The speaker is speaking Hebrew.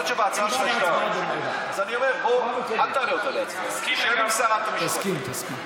אני מציע לך, עזוב עכשיו.